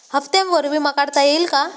हप्त्यांवर विमा काढता येईल का?